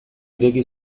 ireki